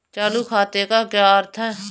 चालू खाते का क्या अर्थ है?